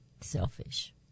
selfish